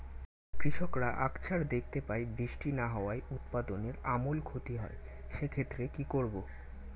কৃষকরা আকছার দেখতে পায় বৃষ্টি না হওয়ায় উৎপাদনের আমূল ক্ষতি হয়, সে ক্ষেত্রে কি করব?